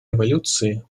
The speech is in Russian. революции